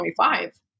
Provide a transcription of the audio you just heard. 25